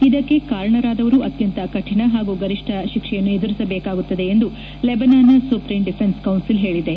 ಇದಕ್ಕೆ ಕಾರಣರಾದವರು ಅತ್ಯಂತ ಕರಿಣ ಹಾಗೂ ಗರಿಷ್ಠ ಶಿಕ್ಷೆಯನ್ನು ಎದುರಿಸಬೇಕಾಗುತ್ತದೆ ಎಂದು ಲೆಬನಾನ್ನ ಸುಪ್ರೀಂ ಡಿಫೆನ್ಸ್ ಕೌನ್ಸಿಲ್ ಹೇಳಿದೆ